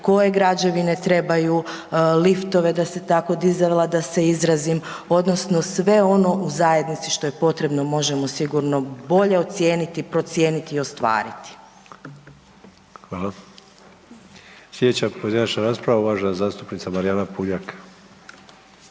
koje građevine trebaju liftove, da se tako dizala da se izrazim odnosno sve ono u zajednici što je potrebno možemo sigurno bolje ocijeniti, procijeniti i ostvariti. **Sanader, Ante (HDZ)** Hvala. Slijedeća pojedinačna rasprava uvažena zastupnica Marijana Puljak.